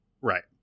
Right